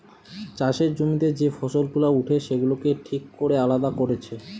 চাষের জমিতে যে ফসল গুলা উঠে সেগুলাকে ঠিক কোরে আলাদা কোরছে